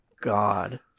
god